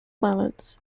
balance